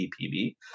EPB